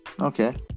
Okay